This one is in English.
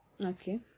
Okay